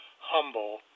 humble